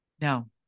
No